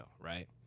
right